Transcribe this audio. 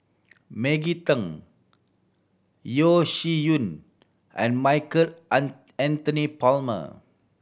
Maggie Teng Yeo Shih Yun and Michael An Anthony Palmer